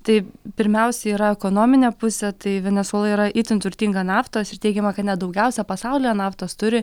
tai pirmiausia yra ekonominė pusė tai venesuela yra itin turtinga naftos ir teigiama kad net daugiausia pasaulyje naftos turi